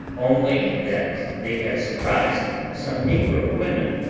only that they had surprised some negro women,